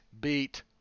beat